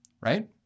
right